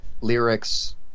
lyrics